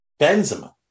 Benzema